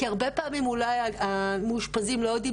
כי הרבה פעמים אולי המאושפזים לא יודעים